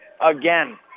Again